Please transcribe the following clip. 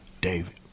David